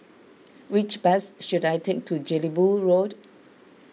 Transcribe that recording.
which bus should I take to Jelebu Road